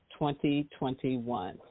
2021